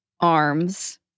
arms